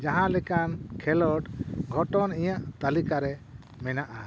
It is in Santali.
ᱡᱟᱦᱟᱸᱞᱮᱠᱟᱱ ᱠᱷᱮᱞᱳᱰ ᱜᱷᱚᱴᱚᱱ ᱤᱧᱟᱹᱜ ᱛᱟᱹᱞᱤᱠᱟ ᱨᱮ ᱢᱮᱱᱟᱜᱼᱟ